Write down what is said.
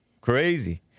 Crazy